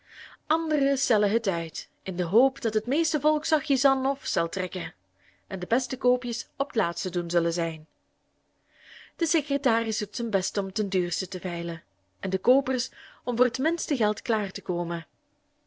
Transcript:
anderen stellen het uit in de hoop dat het meeste volk zachies an of zel trekken en de beste koopjes op t laatst te doen zullen zijn de secretaris doet zijn best om ten duurste te veilen en de koopers om voor t minste geld klaar te komen